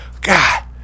God